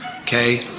okay